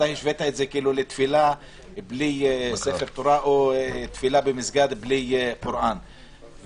הישיבה היתה חשובה גם מבחינת תיקונים משפטיים,